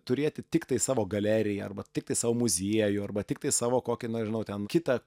turėti tiktai savo galeriją arba tiktai savo muziejų arba tiktai savo kokį na nežinau ten kitą